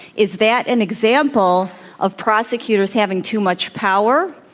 is that an example of prosecutors having too much power,